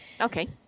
Okay